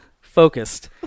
Focused